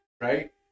right